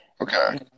Okay